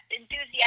enthusiasm